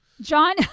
John